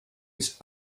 his